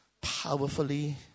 powerfully